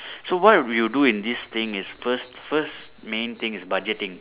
so what we would do in this thing is first first main thing is budgeting